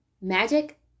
magic